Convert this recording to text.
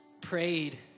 prayed